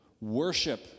Worship